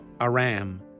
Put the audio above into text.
Aram